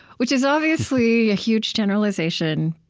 which is obviously a huge generalization.